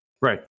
Right